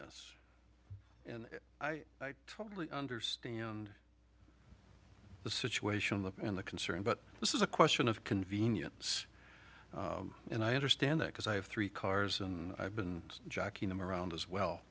this and i totally understand the situation look and the concern but this is a question of convenience and i understand that because i have three cars and i've been jacking them around as